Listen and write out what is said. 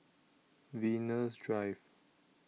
Venus Drive